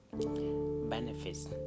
Benefits